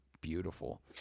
beautiful